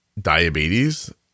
diabetes